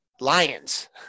Lions